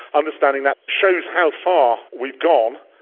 understanding that shows how far we've gone,